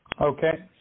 Okay